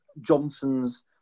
Johnson's